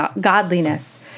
godliness